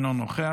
אינו נוכח,